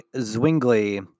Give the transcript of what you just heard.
Zwingli